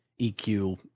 eq